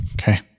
Okay